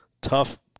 Tough